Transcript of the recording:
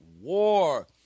war